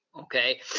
okay